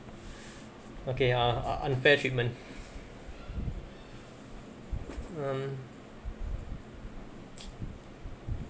okay uh unfair treatment hmm